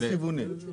דו כיווני.